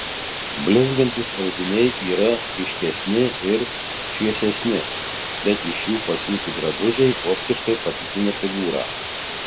blizgantys audiniai yra ryškesni ir šviesesni bet iš jų pasiūti drabužiai optiškai padidina figūrą